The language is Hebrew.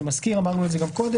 אני מזכיר, אמרנו את זה גם קודם.